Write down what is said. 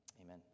amen